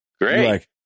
Great